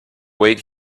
wait